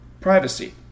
privacy